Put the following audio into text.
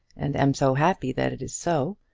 and am so happy that it is so.